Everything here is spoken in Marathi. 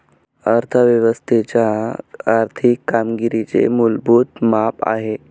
अर्थ व्यवस्थेच्या आर्थिक कामगिरीचे मूलभूत माप आहे